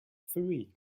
three